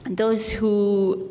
and those who,